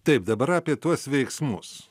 taip dabar apie tuos veiksmus